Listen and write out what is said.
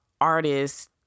artists